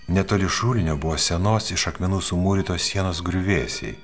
netoli šulinio buvo senos iš akmenų sumūrytos sienos griuvėsiai